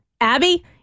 Abby